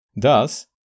Thus